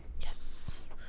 Yes